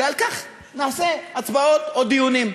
ועל כך נעשה הצבעות או דיונים.